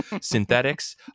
synthetics